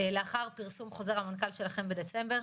לאחר פרסום חוזר המנכ"ל שלכם בדצמבר,